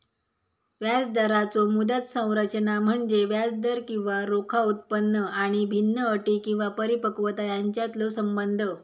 व्याजदराचो मुदत संरचना म्हणजे व्याजदर किंवा रोखा उत्पन्न आणि भिन्न अटी किंवा परिपक्वता यांच्यातलो संबंध